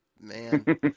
Man